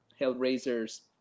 Hellraiser's